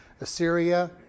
Assyria